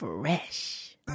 fresh